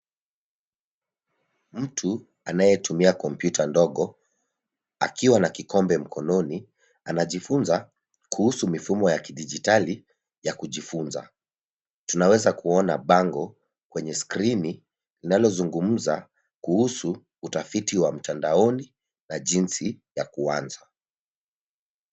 Mtu anayetumia kompyuta ndogo akiwa na kikombe mkononi anajifunza kuhusu mifumo ya kidigitali ya kujifunza. Tunaweza kuona bango kwenye skrini linalozungumza kuhusu utafiti wa mtandaoni na jinsi ya kuanza.